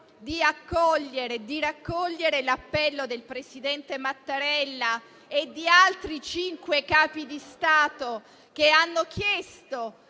e raccogliere l'appello del presidente Mattarella e di altri cinque Capi di Stato, che hanno chiesto